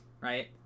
right